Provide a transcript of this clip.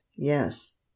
yes